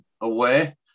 away